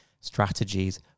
strategies